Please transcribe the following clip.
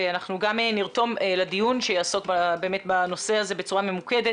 ואנחנו גם נרתום לדיון שיעסוק באמת בנושא הזה בצורה ממוקדת,